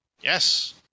Yes